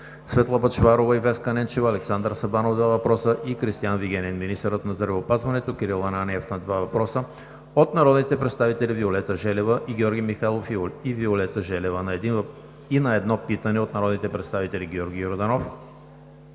Светла Бъчварова и Веска Ненчева; Александър Сабанов – два въпроса; и Кристиан Вигенин; - министърът на здравеопазването Кирил Ананиев – на два въпроса от народните представители Виолета Желева; и Георги Михайлов и Виолета Желева; на едно питане от народните представители Георги Йорданов,